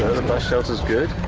bus shelter's good.